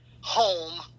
home